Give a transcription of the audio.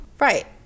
Right